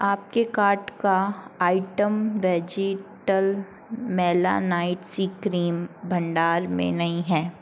आपके कार्ट का item vegetal melanite C cream भंडार में नहीं है